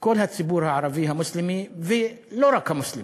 כל הציבור הערבי המוסלמי, ולא רק המוסלמי,